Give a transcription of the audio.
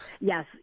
yes